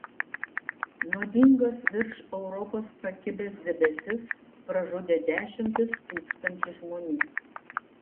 nuodingas virš europos pakibęs debesis pražudė dešimtis tūkstančių žmonių